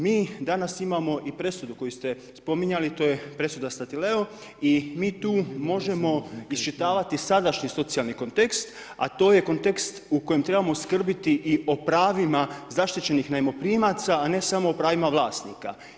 Mi danas imamo i presudu koju ste spominjali, to je presuda Statileo i mi tu možemo iščitavati sadašnji socijalni kontekst a to je kontekst u kojem trebamo skrbiti i o pravima zaštićenih najmoprimaca a ne samo o pravima vlasnika.